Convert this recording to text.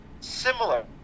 similar